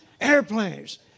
airplanes